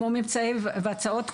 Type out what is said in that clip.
כמו ממצאים והצעות קודמיו,